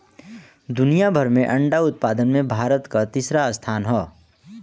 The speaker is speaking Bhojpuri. दुनिया भर में अंडा उत्पादन में भारत कअ तीसरा स्थान हअ